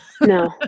No